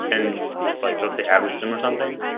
and like and say average then or something.